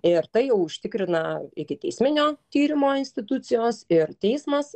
ir tai jau užtikrina ikiteisminio tyrimo institucijos ir teismas